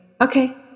okay